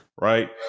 Right